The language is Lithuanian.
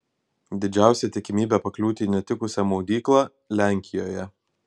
didžiausia tikimybė pakliūti į netikusią maudyklą lenkijoje